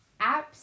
apps